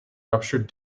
ruptured